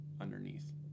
underneath